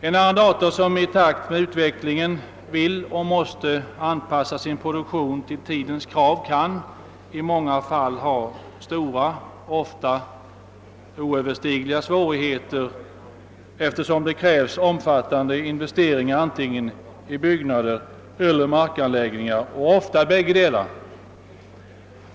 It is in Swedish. En arrendator som i takt med utvecklingen vill och måste anpassa sin produktion till tidens krav kan i många fall ha stora och ofta oöverstigliga svårigheter, eftersom det krävs omfattande investeringar antingen i byggnader eller i markanläggningar och ofta i bådadera.